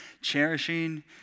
cherishing